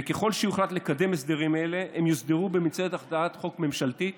וככל שיוחלט לקדם הסדרים אלה הם יוסדרו במסגרת הצעת חוק ממשלתית,